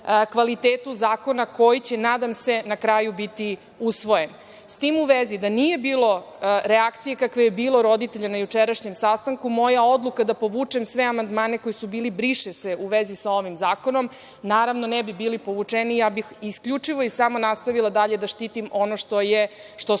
kvalitetu zakona koji će, nadam se, na kraju biti usvojen.S tim u vezi, da nije bilo reakcije kakve je bilo roditelja na jučerašnjem sastanku, moja odluka da povučem sve amandmane koji su bili "briše se" u vezi sa ovim zakonom, naravno, ne bi bili povučeni. Ja bih isključivo samo nastavila dalje da štitim ono što su